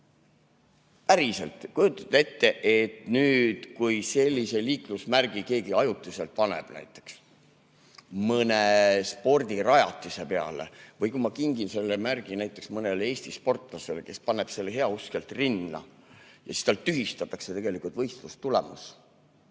Päriselt või? Kujutage ette, et kui sellise liiklusmärgi keegi ajutiselt paneb näiteks mõne spordirajatise peale või kui ma kingin selle märgi näiteks mõnele Eesti sportlasele, kes paneb selle heauskselt rinda, siis kas tal tühistatakse võistlustulemus